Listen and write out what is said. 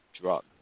drug